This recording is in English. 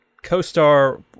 Co-star